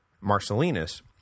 Marcellinus